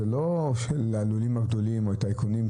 זה לא של הלולים הגדולים או הטייקונים,